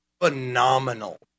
phenomenal